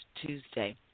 Tuesday